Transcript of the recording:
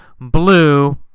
blue